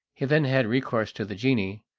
he then had recourse to the genie,